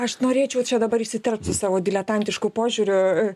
aš norėčiau čia dabar įsiterpt su savo diletantišku požiūriu